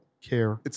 care